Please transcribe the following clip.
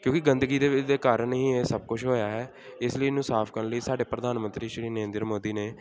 ਕਿਉਂਕਿ ਗੰਦਗੀ ਦੇ ਕਾਰਨ ਹੀ ਇਹ ਸਭ ਕੁਛ ਹੋਇਆ ਹੈ ਇਸ ਲਈ ਇਹਨੂੰ ਸਾਫ ਕਰਨ ਲਈ ਸਾਡੇ ਪ੍ਰਧਾਨ ਮੰਤਰੀ ਸ਼੍ਰੀ ਨਰਿੰਦਰ ਮੋਦੀ ਨੇ